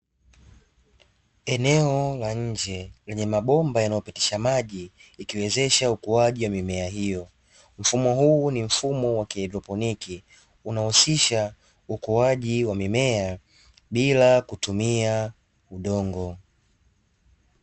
Eneo la nje lenye mabomba yanayopitisha maji ikiwezesha ukuaji wa mimea hiyo, mfumo huu ni mfumo wa haidroponi unahusisha ukuaji wa mimea bila kutumia udongo.